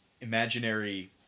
imaginary